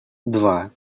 два